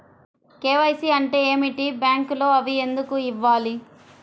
KYC అంటే ఏమిటి? బ్యాంకులో అవి ఎందుకు ఇవ్వాలి?